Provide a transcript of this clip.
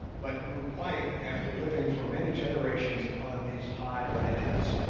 but grew white after living for many generations upon these high lands.